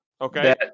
okay